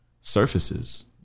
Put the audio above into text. Surfaces